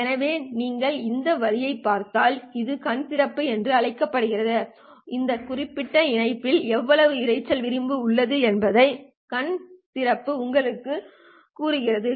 எனவே நீங்கள் இந்த வழியைப் பார்த்தால் இது கண் திறப்பு என்று அழைக்கப்படுகிறது இந்த குறிப்பிட்ட இணைப்பில் எவ்வளவு இரைச்சல் விளிம்பு உள்ளது என்பதை கண் திறப்பு உங்களுக்குக் கூறுகிறது